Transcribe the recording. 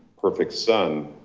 perfect son